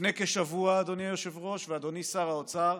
לפני כשבוע, אדוני היושב-ראש ואדוני שר האוצר,